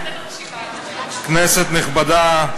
כנסת נכבדה,